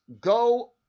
go